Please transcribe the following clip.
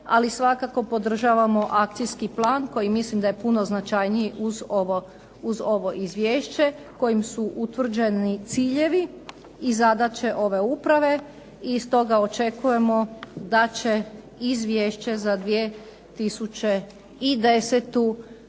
ali svakako podržavamo akcijski plan koji mislim da je puno značajniji uz ovo izvješće kojim su utvrđeni ciljevi i zadaće ove uprave i stoga očekujemo da će izvješće za 2010.